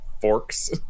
forks